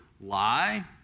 lie